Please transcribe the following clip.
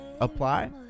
apply